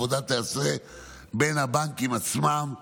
העבודה תיעשה בין הבנקים עצמם.